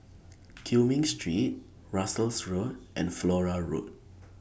Cumming Street Russels Road and Flora Road